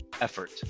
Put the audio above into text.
effort